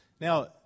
Now